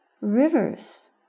rivers